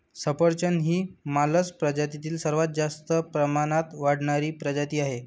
सफरचंद ही मालस प्रजातीतील सर्वात जास्त प्रमाणात वाढणारी प्रजाती आहे